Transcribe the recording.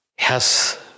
Yes